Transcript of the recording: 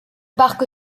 parc